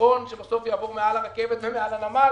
גשרון שיעבור בסוף מעל הרכבת והנמל